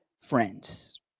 friends